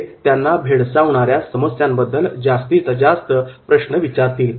ते त्यांना भेडसावणाऱ्या समस्यांबद्दल जास्तीत जास्त प्रश्न विचारतील